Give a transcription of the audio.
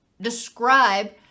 describe